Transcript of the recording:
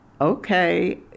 Okay